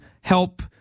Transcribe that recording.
help